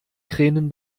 kränen